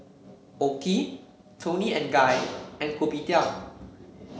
OKI Toni and Guy and Kopitiam